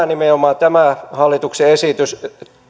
nimenomaan tämän hallituksen